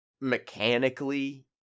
Mechanically